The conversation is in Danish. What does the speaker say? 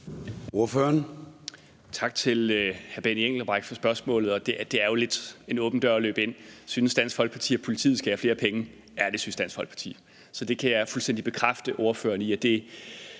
(DF): Tak til hr. Benny Engelbrecht for spørgsmålet. Det er jo lidt en åben dør at løbe ind: Synes Dansk Folkeparti, at politiet skal have flere penge? Ja, det synes Dansk Folkeparti. Så det kan jeg fuldstændig bekræfte ordføreren i, altså